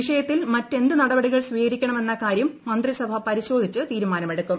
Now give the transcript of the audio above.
വിഷയത്തിൽ മറ്റ് എന്ത് നടപടികൾ സ്വീക്രിക്കണമെന്ന കാര്യം മന്ത്രിസഭ പരിശോധിച്ച് തീരുമാനമെടുക്കും